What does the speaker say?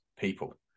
people